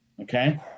Okay